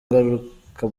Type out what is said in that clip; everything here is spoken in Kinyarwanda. ngaruka